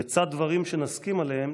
לצד דברים שנסכים עליהם,